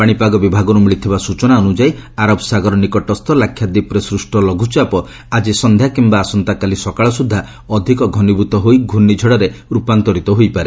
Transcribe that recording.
ପାଣିପାଗ ବିଭାଗରୁ ମିଳିଥିବା ସ୍ୱଚନା ଅନୁଯାୟୀ ଆରବ ସାଗର ନିକଟସ୍ଥ ଲାକ୍ଷାଦ୍ୱୀପରେ ସୃଷ୍ଟ ଲଘୁଚାପ ଆଜି ସନ୍ଧ୍ୟା କିମ୍ବା ଆସନ୍ତାକାଲି ସକାଳ ସୁଦ୍ଧା ଅଧିକ ଘନୀଭୂତ ହୋଇ ଘୁର୍ଷ୍ଣିଝଡ଼ରେ ରୂପାନ୍ତରିତ ହୋଇପାରେ